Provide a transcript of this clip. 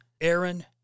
Aaron